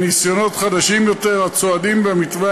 ניסיונות חדשים יותר הצועדים במתווה